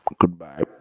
Goodbye